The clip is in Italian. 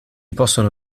possono